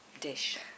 dish